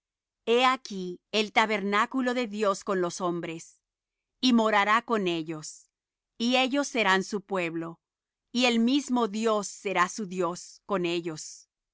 he aquí el tabernáculo de dios con los hombres y morará con ellos y ellos serán su pueblo y el mismo dios será su dios con ellos